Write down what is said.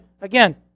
again